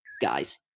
guys